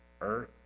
Earth